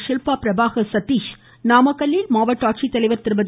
ஷில்பா பிரபாகர் சதீஷ் நாமக்கல்லில் மாவட்ட ஆட்சித்தலைவர் திருமதி